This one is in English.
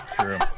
True